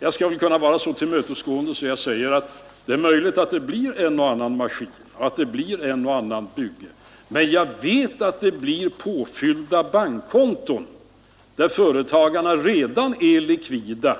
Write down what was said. Jag kan vara så tillmötesgående att jag säger att det är möjligt att en och annan maskin blir köpt eller ett och annat bygge igångsatt, men jag vet att det blir påfyllda bankkonton för företagare som redan är likvida.